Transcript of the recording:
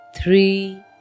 three